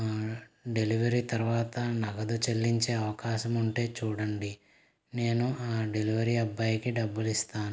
delivery తర్వాత నగదు చెల్లించే అవకాశం ఉంటే చూడండి నేను ఆ డెలివరీ అబ్బాయికి డబ్బులు ఇస్తాను